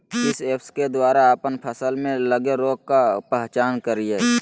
किस ऐप्स के द्वारा अप्पन फसल में लगे रोग का पहचान करिय?